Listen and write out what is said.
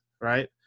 right